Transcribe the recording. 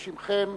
בשמכם,